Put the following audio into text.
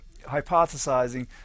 hypothesizing